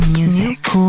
Music